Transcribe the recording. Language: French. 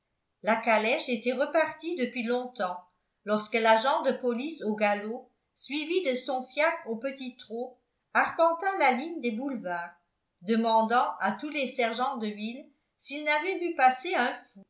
la calèche était repartie depuis longtemps lorsque l'agent de police au galop suivi de son fiacre au petit trot arpenta la ligne des boulevards demandant à tous les sergents de ville s'ils n'avaient vu passer un